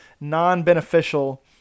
non-beneficial